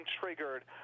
triggered